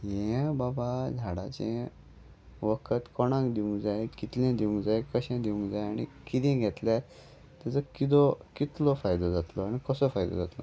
हें बाबा झाडाचें वखद कोणाक दिवंक जाय कितलें दिवंक जाय कशें दिवंक जाय आनी किदें घेतल्यार तेजो किदो कितलो फायदो जातलो आनी कसो फायदो जातलो